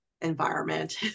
environment